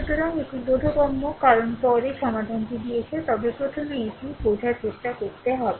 সুতরাং এটি বোধগম্য কারণ পরে সমাধানটি দিয়েছে তবে প্রথমে এটি বোঝার চেষ্টা করতে হবে